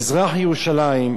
מזרח-ירושלים,